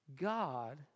God